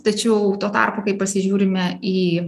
tačiau tuo tarpu kai pasižiūrime į